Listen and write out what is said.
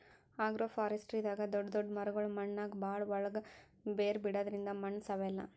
ಅಗ್ರೋಫಾರೆಸ್ಟ್ರಿದಾಗ್ ದೊಡ್ಡ್ ದೊಡ್ಡ್ ಮರಗೊಳ್ ಮಣ್ಣಾಗ್ ಭಾಳ್ ಒಳ್ಗ್ ಬೇರ್ ಬಿಡದ್ರಿಂದ್ ಮಣ್ಣ್ ಸವೆಲ್ಲಾ